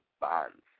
bonds